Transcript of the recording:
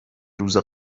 روز